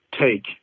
take